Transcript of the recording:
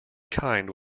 kind